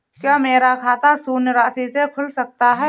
क्या मेरा खाता शून्य राशि से खुल सकता है?